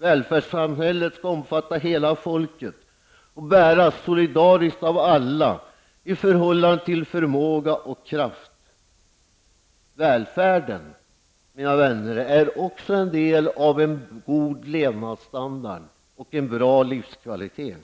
Välfärdssamhället skall omfatta hela folket och bäras solidariskt av alla i förhållande till förmåga och kraft. Välfärden, mina vänner, är också en del av en god levnadsstandard och en bra livskvalitet.